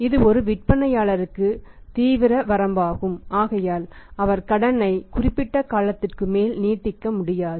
இது விற்பனையாளருக்கு ஒரு தீவிர வரம்பாகும் ஆகையால் அவர் கடனை குறிப்பிட்ட காலத்திற்கு மேல் நீடிக்க முடியாது